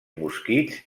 mosquits